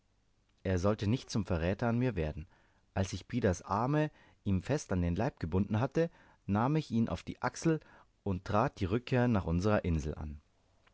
er sollte nicht zum verräter an mir werden als ich pidas arme ihm fest an den leib gebunden hatte nahm ich ihn auf die achsel und trat die rückkehr nach unserer insel an